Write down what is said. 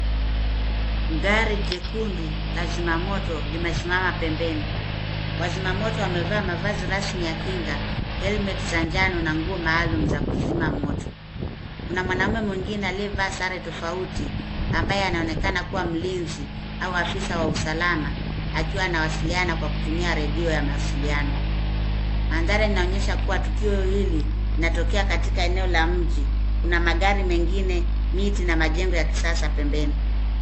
Gari jekundu la zimamoto limesimama pembeni. Wazimamoto wamevaa mavazi rasmi ya kinga, helmet za njano na nguo maalumu za kuzima moto. Kuna mwanaume mwingine aliyevaa sare tofauti, ambaye anaonekana kua mlinzi au afisa wa usalama, akiwa anawasiliana kwa kutumia redio ya mawasiliano. Mandhari inaonyesha kua tukio hili linatokea katika eneo la mji. Kuna magari mengine, miti, na majengo ya kisasa pembeni